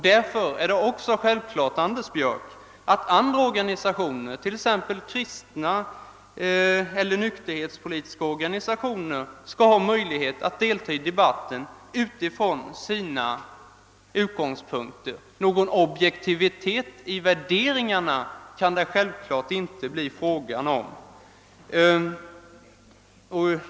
Därför är det också självklart, Anders Björck, att andra organisationer, t.ex. kristna eller nykterhetsorganisationer, skall ha möjlighet att delta i debatten utifrån sina utgångspunkter. Någon objektivitet i värderingarna kan det självfallet inte bli fråga om.